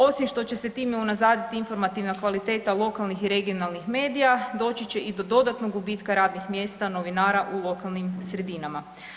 Osim što će se time unazaditi informativna kvaliteta lokalnih i regionalnih medija doći i do dodatnog gubitka radnih mjesta novinara u lokalnim sredinama.